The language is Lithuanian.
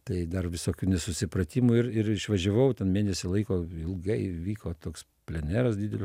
tai dar visokių nesusipratimų ir ir išvažiavau ten mėnesį laiko ilgai vyko toks pleneras didelio